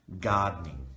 gardening